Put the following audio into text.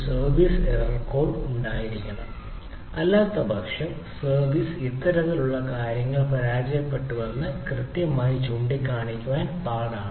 service ഒരു error code ഉണ്ടായിരിക്കണം അല്ലാത്തപക്ഷം സർവീസ്ഇത്തരത്തിലുള്ള കാര്യങ്ങൾ പരാജയപ്പെട്ടുവെന്ന് കൃത്യമായി ചൂണ്ടിക്കാണിക്കാൻ നിങ്ങൾക്ക് പ്രയാസമാണ്